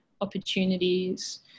opportunities